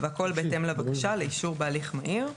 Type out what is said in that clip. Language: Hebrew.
והכל בהתאם לבקשה לאישור בהליך מהיר.